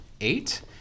eight